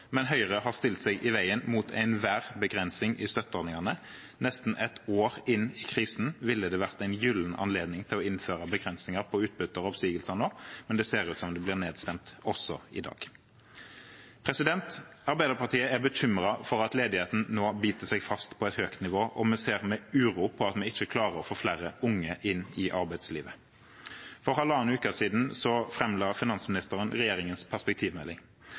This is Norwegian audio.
men Høyre har stilt seg i veien for enhver begrensning i støtteordningene. Nesten et år inn i krisen ville det vært en gylden anledning til å innføre begrensninger på utbytter og oppsigelser, men det ser ut som det blir nedstemt også i dag. Arbeiderpartiet er bekymret for at ledigheten nå biter seg fast på et høyt nivå, og vi ser med uro på at vi ikke klarer å få flere unge inn i arbeidslivet. For halvannen uke siden framla finansministeren regjeringens perspektivmelding.